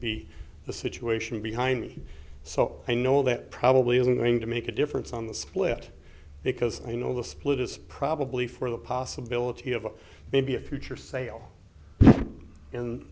be the situation behind me so i know that probably isn't going to make a difference on the split because i know the split is probably for the possibility of maybe a future sale